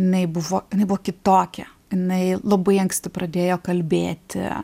jinai buvo jinai buvo kitokia jinai labai anksti pradėjo kalbėti